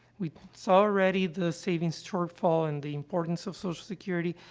we saw already the savings shortfall and the importance of social security.